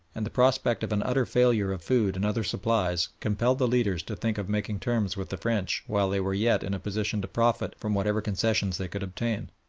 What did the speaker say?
and the prospect of an utter failure of food and other supplies compelled the leaders to think of making terms with the french while they were yet in a position to profit from whatever concessions they could obtain.